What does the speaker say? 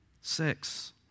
Six